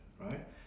right